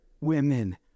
women